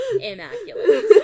immaculate